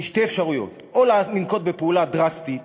יש שתי אפשרויות: או לנקוט פעולה דרסטית